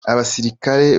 abasirikare